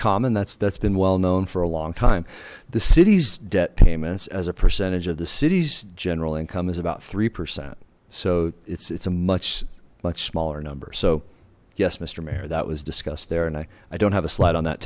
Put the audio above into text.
common that's that's been well known for a long time the city's debt payments as a percentage of the city's general income is about three percent so it's it's a much much smaller number so yes mr mayor that was discussed there and i i don't have a slide on that